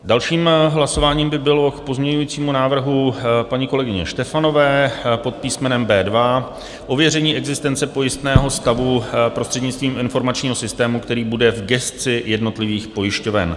Další hlasování by bylo k pozměňujícímu návrhu paní kolegyně Štefanové pod písmenem B2 ověření existence pojistného stavu prostřednictvím informačního systému, který bude v gesci jednotlivých pojišťoven.